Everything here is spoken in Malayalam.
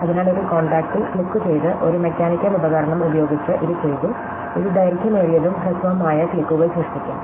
അതിനാൽ ഒരു കോൺടാക്റ്റിൽ ക്ലിക്കുചെയ്ത് ഒരു മെക്കാനിക്കൽ ഉപകരണം ഉപയോഗിച്ച് ഇത് ചെയ്തു ഇത് ദൈർഘ്യമേറിയതും ഹ്രസ്വവുമായ ക്ലിക്കുകൾ സൃഷ്ടിക്കും